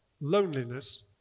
loneliness